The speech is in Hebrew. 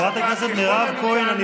חברת הכנסת מירב כהן.